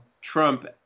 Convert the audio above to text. Trump